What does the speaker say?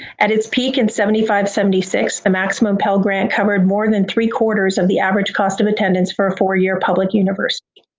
at its peak in seventy five, seventy six, the maximum pell grant covered more than three quarters of the average cost of attendance for a four-year public university.